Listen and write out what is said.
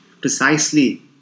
precisely